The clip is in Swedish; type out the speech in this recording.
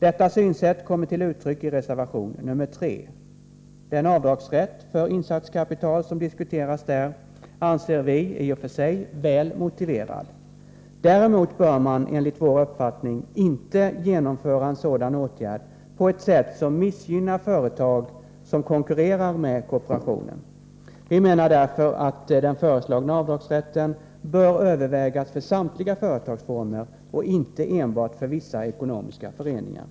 Detta synsätt kommer till uttryck i reservation nr 3. Den rätt till avdrag för insatskapital som diskuteras där anser vi i och för sig vara väl motiverad. Däremot bör man, enligt vår uppfattning, inte genomföra en sådan åtgärd på ett sätt som missgynnar företag som konkurrerar med kooperationen. Vi menar därför att den föreslagna avdragsrätten bör övervägas för samtliga företagsformer och inte enbart för vissa ekonomiska föreningar.